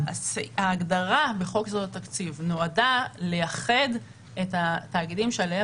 ההגדרה בחוק יסודות התקציב נועדה לייחד את התאגידים שהם